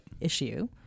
issue